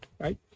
right